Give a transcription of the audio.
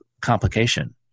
complication